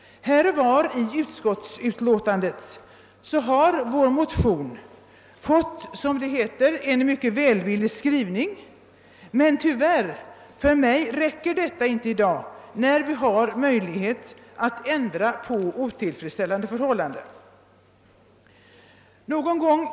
Här och var i utskottets utlåtande har motionerna fått en mycket välvillig skrivning, som de: brukar heta, men det räcker inte för mig i dag, när vi har möjlighet att ändra på de otillfredsställande förhållandena.